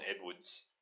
Edwards